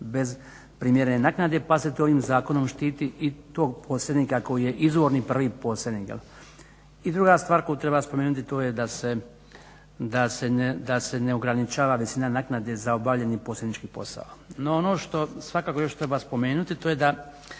bez primjerene naknade pa se to ovim zakonom štiti i tog posrednika koji je izvorni prvi posrednik. I druga stvar koju treba spomenuti to je da se ne ograničava visina naknade za obavljeni posrednički posao. No ono što svakako još treba spomenuti to je da